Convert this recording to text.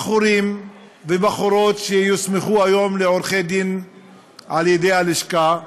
בחורים ובחורות שיוסמכו היום לעורכי-דין על-ידי הלשכה.